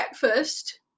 breakfast